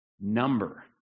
number